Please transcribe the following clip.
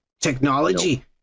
technology